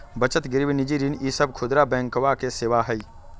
बचत गिरवी निजी ऋण ई सब खुदरा बैंकवा के सेवा हई